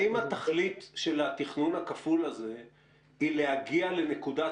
האם התכלית של התכנון הכפול הזה היא להגיע לנקודת